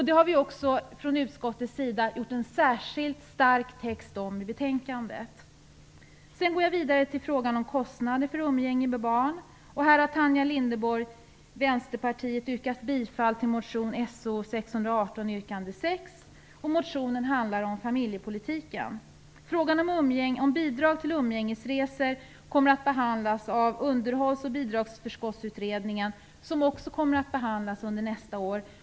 Det har vi också från utskottets sida skrivit en särskilt starkt text om i betänkandet. Så går jag vidare till frågan om kostnader för umgänge med barn. Tanja Linderborg från Vänsterpartiet har yrkat bifall till motion So618, yrkande 6. Motionen handlar om familjepolitiken. Frågan om bidrag till umgängesresor kommer att behandlas av Underhålls och bidragsförskottsutredningen, vars betänkande också kommer att behandlas under nästa år.